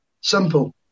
Simple